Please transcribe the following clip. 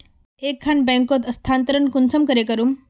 एक खान बैंकोत स्थानंतरण कुंसम करे करूम?